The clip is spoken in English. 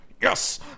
Yes